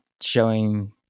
showing